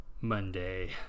Monday